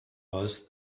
was